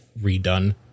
Redone